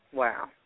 Wow